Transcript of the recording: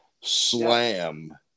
slam